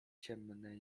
ciemnej